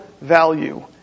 value